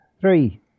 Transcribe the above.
three